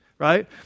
right